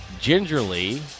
gingerly